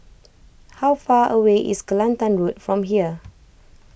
how far away is Kelantan Road from here